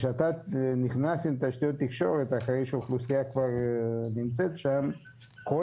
וכשאתה נכנס עם תשתיות תקשורת אחרי שהאוכלוסיה כבר נמצאת שם כל